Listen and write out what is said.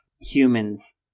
humans